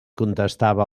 contestava